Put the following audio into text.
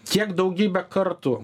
tiek daugybę kartų